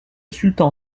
sultan